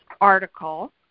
article